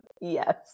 Yes